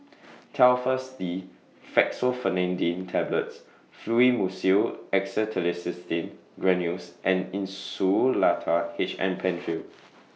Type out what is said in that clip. Telfast D Fexofenadine Tablets Fluimucil Acetylcysteine Granules and Insulatard H M PenFill